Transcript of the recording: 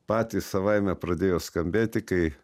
patys savaime pradėjo skambėti kai